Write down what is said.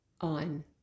on